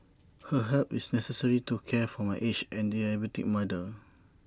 her help is necessary to care for my aged and diabetic mother